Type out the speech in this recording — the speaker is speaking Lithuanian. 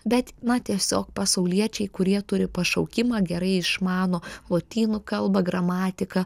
bet na tiesiog pasauliečiai kurie turi pašaukimą gerai išmano lotynų kalbą gramatiką